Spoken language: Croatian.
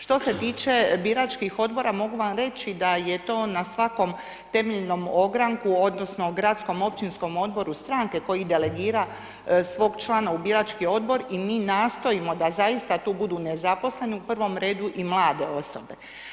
Što se tiče biračkih odbora mogu vam reći da je to na svakom temeljem ogranku, odnosno, gradskom, općinskom, odboru stranke koji delegira svog člana u birački odbor i mi nastojimo da zaista tu budu nezaposleni u prvom redu i mlade osobe.